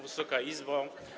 Wysoka Izbo!